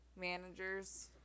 managers